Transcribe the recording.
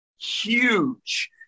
huge